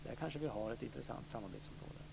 Där har vi kanske ett intressant samarbetsområde.